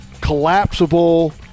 collapsible